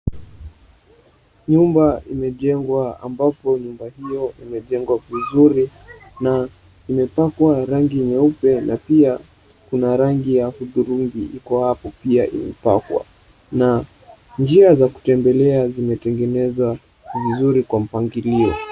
Nyumba imejengwa, ambapo nyumba hiyo imejengwa vizuri na imepakwa rangi nyeupe na pia kuna rangi ya hudhurungi iko hapo pia imepakwa. Na njia za kutembelea zimetengenezwa vizuri kwa mpangilio.